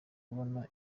kubona